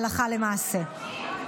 הלכה למעשה.